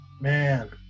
man